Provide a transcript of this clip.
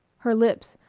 her lips,